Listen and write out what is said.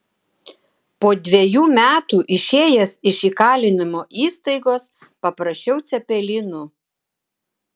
po dvejų metų išėjęs iš įkalinimo įstaigos paprašiau cepelinų